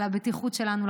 על הבטיחות שלנו,